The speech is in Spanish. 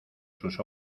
sus